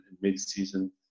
mid-season